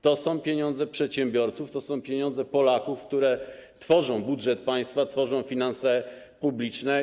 To są pieniądze przedsiębiorców, to są pieniądze Polaków, które tworzą budżet państwa, tworzą finanse publiczne.